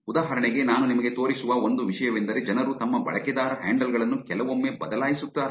ಉದಾಹರಣೆಗೆ ನಾನು ನಿಮಗೆ ತೋರಿಸುವ ಒಂದು ವಿಷಯವೆಂದರೆ ಜನರು ತಮ್ಮ ಬಳಕೆದಾರ ಹ್ಯಾಂಡಲ್ ಗಳನ್ನು ಕೆಲವೊಮ್ಮೆ ಬದಲಾಯಿಸುತ್ತಾರೆ